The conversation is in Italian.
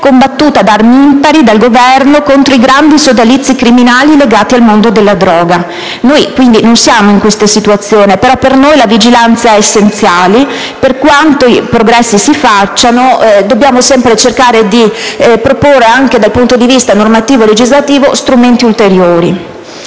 combattuta ad armi impari dal Governo contro i grandi sodalizi criminali legati al mondo della droga. Noi non ci troviamo in questa situazione, ma per noi la vigilanza è essenziale e, per quanti progressi si facciano, dobbiamo sempre cercare di proporre dal punto di vista normativo e legislativo strumenti ulteriori.